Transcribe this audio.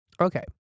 Okay